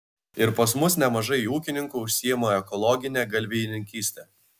ir pas mus nemažai ūkininkų užsiima ekologine galvijininkyste